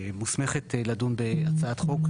שמוסמכת לדון בהצעת חוק,